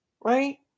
right